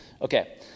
okay